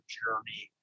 journey